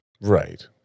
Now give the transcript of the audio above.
Right